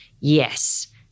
yes